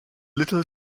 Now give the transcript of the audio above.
little